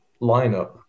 lineup